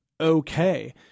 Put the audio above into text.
okay